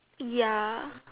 ya